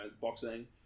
boxing